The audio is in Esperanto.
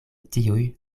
tiuj